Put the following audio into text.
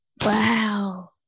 Wow